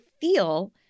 feel